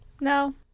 No